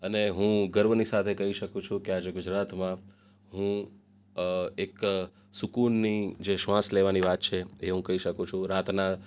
અને હું ગર્વની સાથે કહી શકું છું કે આજે ગુજરાતમાં હું એક સુકૂનની જે શ્વાસ લેવાની વાત છે એ હું કહી શકું છું રાતના